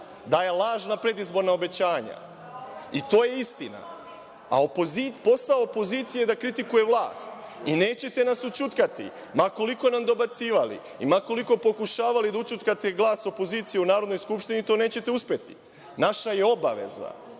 daje lažna predizborna obećanja i to je istina, a posao opozicije je da kritikuje vlast. Nećete nas ućutkati ma koliko nam dobacivali, ma koliko pokušavali da ućutkate vlast opozicije u Narodnoj skupštini to nećete uspeti. Naša je obaveza,